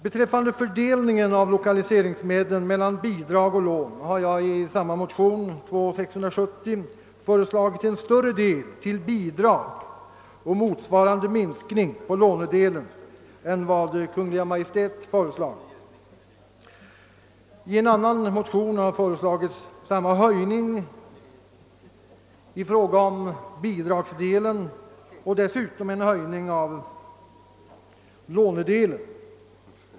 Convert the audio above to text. Beträffande fördelningen av lokaliseringsmedlen mellan bidrag och lån har jag i samma motion, II: 670, föreslagit en större del än vad Kungl. Maj:t föreslagit i bidrag och motsvarande minskning på lånedelen. I en annan motion har föreslagits samma höjning av bidragsdelen och dessutom en höjning av lånedelen.